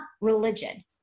religion